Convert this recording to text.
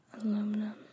aluminum